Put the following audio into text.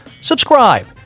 subscribe